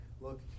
look